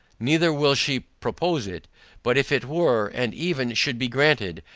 neither will she propose it but if it were, and even should be granted,